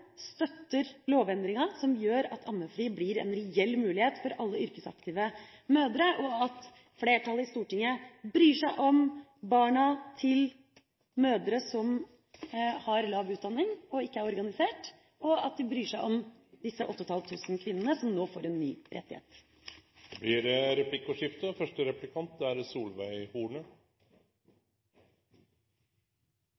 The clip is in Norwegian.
støtter lovendringa som gjør at ammefri blir en reell mulighet for alle yrkesaktive mødre, at flertallet i Stortinget bryr seg om barna til mødre som har lav utdanning og ikke er organisert, og at de bryr seg om disse 8 500 kvinnene som nå får en ny rettighet. Det blir replikkordskifte.